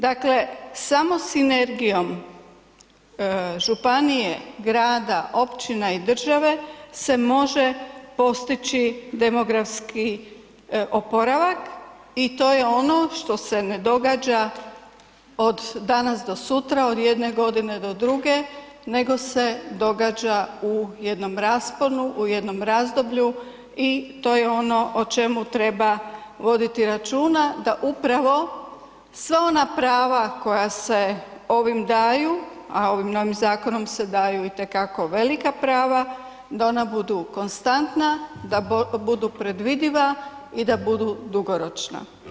Dakle, samo sinergijom županije, grada, općine i države se može postići demografski oporavak i to je ono što se ne događa od danas do sutra, od jedne godine do druge, nego se događa u jednom rasponu, u jednom razdoblju i to je ono o čemu treba voditi računa, da upravo sve ona prava koja se ovim daju, a ovim novim zakonom se daju i te kako velika prava, da ona budu predvidiva i da budu dugoročna.